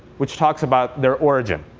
which talks about their origin.